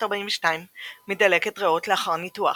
1942 מדלקת ריאות לאחר ניתוח.